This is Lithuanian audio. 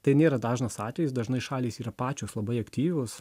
tai nėra dažnas atvejis dažnai šalys yra pačios labai aktyvios